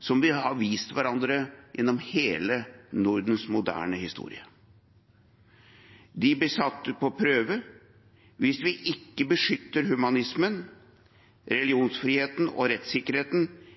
som vi har vist hverandre gjennom hele Nordens moderne historie. De blir satt på prøve hvis vi ikke beskytter humanismen, religionsfriheten og rettssikkerheten